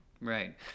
right